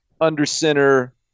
under-center